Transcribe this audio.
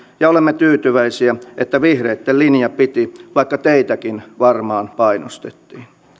ja olemme tyytyväisiä että vihreitten linja piti vaikka teitäkin varmaan painostettiin